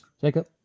Jacob